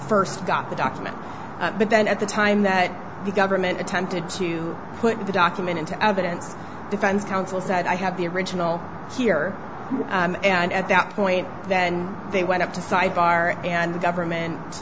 first got the document but then at the time that the government attempted to put the document into evidence defense counsel said i have the original here and at that point then they went up to sidebar and the government